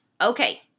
Okay